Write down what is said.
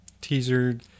teaser